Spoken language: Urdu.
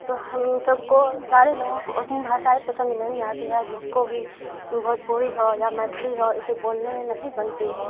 تو ہم سب کو سارے لوگوں کو اتنی بھاشائیں پسند نہیں آتی ہے جس کو بھی بھوجپوری ہو یا میتھلی ہو اسے بولنے میں نہیں بنتی ہے